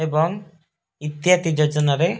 ଏବଂ ଇତ୍ୟାଦି ଯୋଜନାରେ